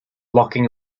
locking